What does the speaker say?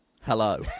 hello